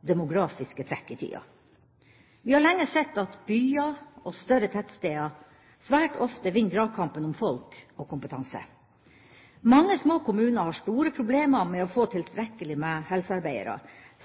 demografiske trekk i tida. Vi har lenge sett at byer og større tettsteder svært ofte vinner dragkampen om folk og kompetanse. Mange små kommuner har store problemer med å få tilstrekkelig med helsearbeidere,